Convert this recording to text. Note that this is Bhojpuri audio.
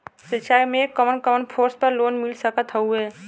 शिक्षा मे कवन कवन कोर्स पर लोन मिल सकत हउवे?